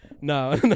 No